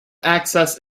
access